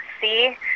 see